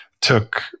took